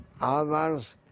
others